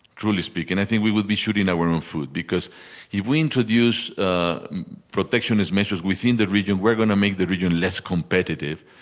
truly speaking, i think we would be shooting our own foot because if we introduce protectionist measures within the region, we're going to make the region less competitive.